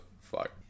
fuck